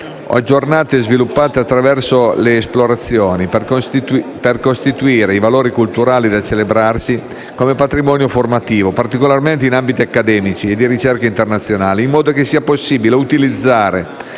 aggiornate e sviluppate attraverso le esplorazioni, per costituire i valori culturali da celebrarsi come patrimonio formativo, particolarmente in ambiti accademici e di ricerca internazionale, in modo che sia possibile utilizzare